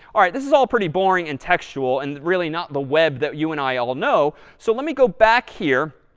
all right this is all pretty boring and textual, and really not the web that you and i all know, so let me go back here,